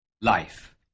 Life